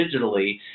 digitally